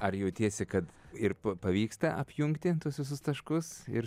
ar jautiesi kad ir pavyksta apjungti visus taškus ir